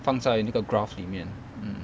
放在那个 graph 里面 hmm